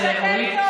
תודה.